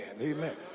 Amen